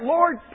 Lord